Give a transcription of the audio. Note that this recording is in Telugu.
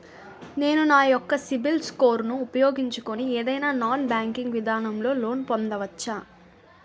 నేను నా యెక్క సిబిల్ స్కోర్ ను ఉపయోగించుకుని ఏదైనా నాన్ బ్యాంకింగ్ విధానం లొ లోన్ పొందవచ్చా?